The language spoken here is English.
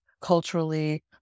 culturally